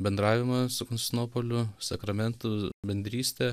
bendravimą su konstantinopoliu sakramentų bendrystę